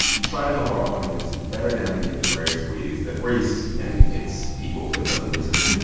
we try to help our audience better navigate the various ways that race and its evil play cousin, racism.